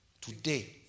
today